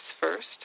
first